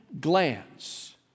glance